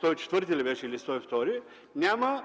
104 или 102, няма